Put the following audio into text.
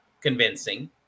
convincing